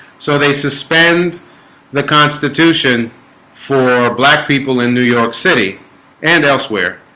so they suspend the constitution for black people in new york city and elsewhere